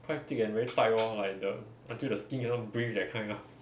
quite thick and very tight lor like the until the skin cannot breathe that kind lah